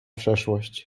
przeszłość